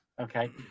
Okay